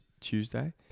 Tuesday